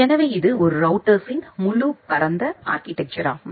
எனவே இது ஒரு ரௌட்டர்ஸ்ஸின் முழு பரந்த ஆர்கிடெக்சர் ஆகும்